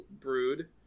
Brood